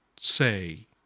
say